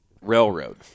railroad